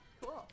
Cool